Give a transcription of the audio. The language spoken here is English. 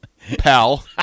Pal